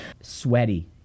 Sweaty